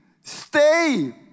stay